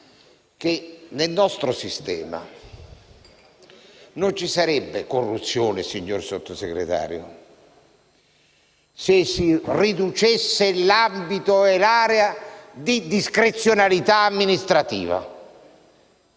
nel nostro sistema non ci sarebbe corruzione, signor Sottosegretario, se si riducessero l'ambito e l'area di discrezionalità amministrativa.